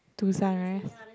to sunrise